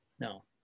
No